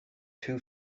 two